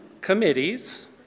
committees